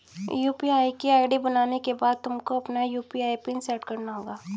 UPI की ID बनाने के बाद तुमको अपना यू.पी.आई पिन सैट करना होगा